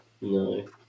No